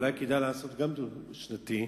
אולי כדאי לעשות גם כן תקציב דו-שנתי,